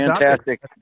fantastic